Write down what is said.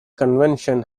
convention